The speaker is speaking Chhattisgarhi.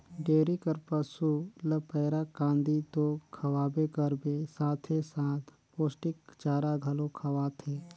डेयरी कर पसू ल पैरा, कांदी तो खवाबे करबे साथे साथ पोस्टिक चारा घलो खवाथे